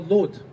Lord